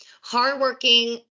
Hardworking